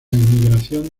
inmigración